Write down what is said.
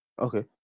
Okay